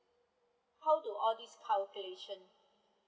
how do all this calculation